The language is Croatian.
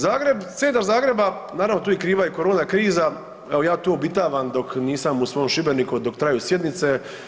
Zagreb, centar Zagreba, naravno tu je kriva i korona kriza, evo ja tu obitavam dok nisam u svom Šibeniku, dok traju sjednice.